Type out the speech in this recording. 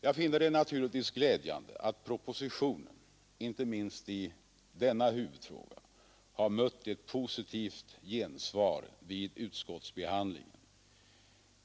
Jag finner det naturligtvis glädjande att propositionen — inte minst i denna huvudfråga — har mött ett positivt gensvar vid utskottsbe handlingen.